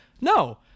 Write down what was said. No